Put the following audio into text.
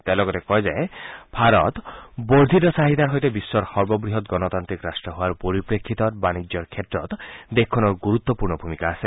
তেওঁ লগতে কয় ভাৰত বৰ্ধিত চাহিদাৰ সৈতে বিশ্বৰ সৰ্ববৃহৎ গণতান্ত্ৰিক ৰাট্ট হোৱাৰ পৰিপ্ৰেক্ষিতত বাণিজ্যৰ ক্ষেত্ৰত দেশখনৰ গুৰুত্বপূৰ্ণ ভূমিকা আছে